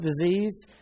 disease